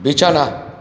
বিছানা